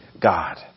God